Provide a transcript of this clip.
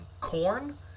corn